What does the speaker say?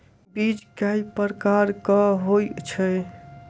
बीज केँ प्रकार कऽ होइ छै?